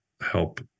help